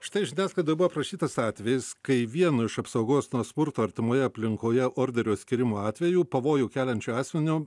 štai žiniasklaidoj aprašytas atvejis kai vieno iš apsaugos nuo smurto artimoje aplinkoje orderio skyrimo atveju pavojų keliančiu asmeniu